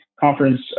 conference